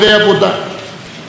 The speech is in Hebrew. ציוני טוב הוא ימני,